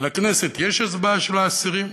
לכנסת יש הצבעה של האסירים.